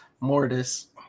Mortis